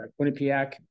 Quinnipiac